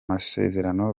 masezerano